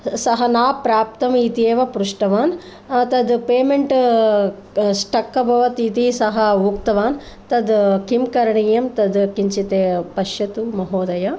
सः न प्राप्तमित्येव पृष्टवान् तद् पेमेण्ट् स्टक् अभवत् इति सः उक्तवान् तद् किं करणीयं तद् किञ्चित् पश्यतु महोदय